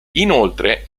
inoltre